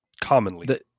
commonly